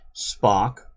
spock